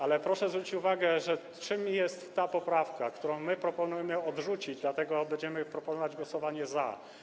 Ale proszę zwrócić uwagę, czym jest ta poprawka, którą my proponujemy odrzucić, dlatego będziemy proponować głosowanie za.